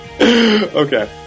Okay